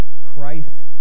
Christ